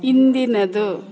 ಇಂದಿನದು